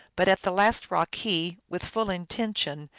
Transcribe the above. but at the last rock he, with full intention,